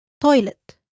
toilet